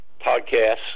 podcasts